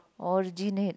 originate